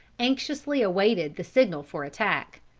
anxiously awaited the signal for attack.